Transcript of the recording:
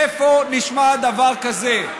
איפה נשמע דבר כזה?